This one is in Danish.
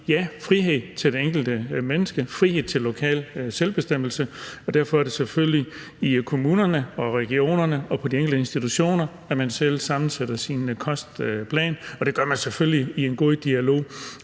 Ja, frihed til det enkelte menneske, frihed til lokal selvbestemmelse, og derfor er det selvfølgelig i kommunerne og regionerne og på de enkelte institutioner, at man selv sammensætter sin kostplan, og det gør man selvfølgelig også i en god dialog